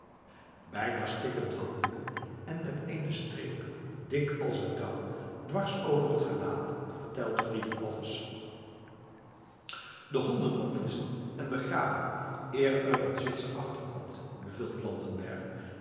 bijna stikkend van woede en met eene streep dik als een touw dwars over het gelaat vertelt fridel alles de honden opvisschen en begraven eer er een zwitser achter komt